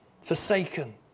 forsaken